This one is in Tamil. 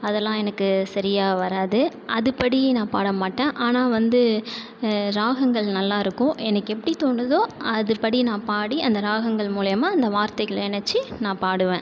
அதெல்லாம் எனக்கு சரியா வராது அதுபடி நான் பாடமாட்டேன் ஆனால் வந்து ராகங்கள் நல்லாருக்கும் எனக்கு எப்படி தோணுதோ அதுபடி நான் பாடி அந்த ராகங்கள் மூலிமா அந்த வார்த்தைகள் இணைச்சு நான் பாடுவேன்